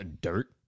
dirt